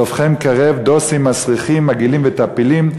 סופכם קרב, דוסים מסריחים, מגעילים וטפילים.